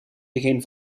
begin